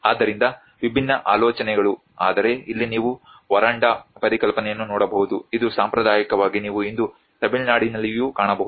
ಆದ್ದರಿಂದ ವಿಭಿನ್ನ ಆಲೋಚನೆಗಳು ಆದರೆ ಇಲ್ಲಿ ನೀವು ವರಾಂಡಾ ಪರಿಕಲ್ಪನೆಯನ್ನು ನೋಡಬಹುದು ಇದು ಸಾಂಪ್ರದಾಯಿಕವಾಗಿ ನೀವು ಇಂದು ತಮಿಳುನಾಡಿನಲ್ಲಿಯೂ ಕಾಣಬಹುದು